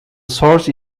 source